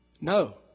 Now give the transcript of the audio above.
No